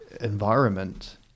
environment